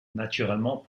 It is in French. naturellement